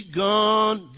gone